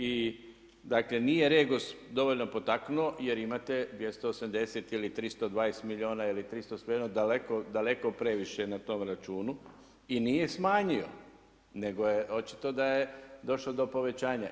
I dakle nije Regos dovoljno potaknuo jer imate 280 ili 320 milijuna ili 300, svejedno, daleko previše na tom računu i nije smanjio, nego je, očito da je došlo do povećanja.